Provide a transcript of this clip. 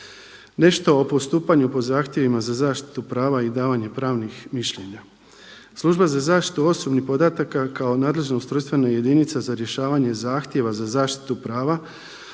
Nešto o postupanju po zahtjevima za zaštitu prava i davanje pravnih mišljenja. Služba za zaštitu osobnih podataka kao nadležna ustrojstvena jedinica za rješavanje zahtjeva za zaštitu prava